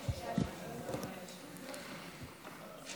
התשפ"ד 2023, נתקבל.